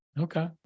Okay